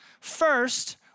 First